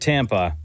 Tampa